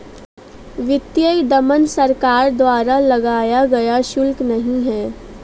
वित्तीय दमन सरकार द्वारा लगाया गया शुल्क नहीं है